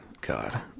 God